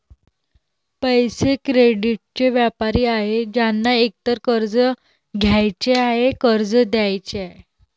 पैसे, क्रेडिटचे व्यापारी आहेत ज्यांना एकतर कर्ज घ्यायचे आहे, कर्ज द्यायचे आहे